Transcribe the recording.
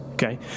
Okay